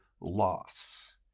loss